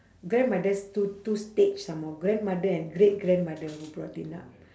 grandmothers two two stage some more grandmother and great grandmother who brought him up